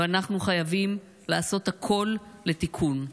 ואנחנו חייבים לעשות הכול לתיקון.